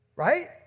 Right